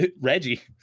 Reggie